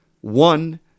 one